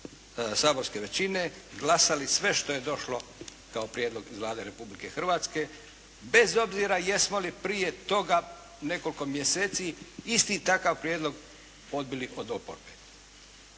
saborske većine glasali sve što je došlo kao prijedlog iz Vlade Republike Hrvatske bez obzira jesmo li prije toga nekoliko mjeseci isti takav prijedlog odbili od oporbe.